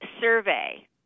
survey